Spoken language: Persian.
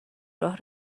راه